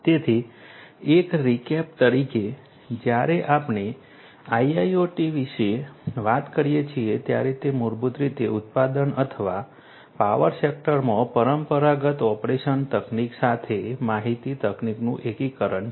તેથી એક રીકેપ તરીકે જ્યારે આપણે IIoT વિશે વાત કરીએ છીએ ત્યારે તે મૂળભૂત રીતે ઉત્પાદન અથવા પાવર સેક્ટરમાં પરંપરાગત ઓપરેશન તકનીક સાથે માહિતી તકનીકનું એકીકરણ છે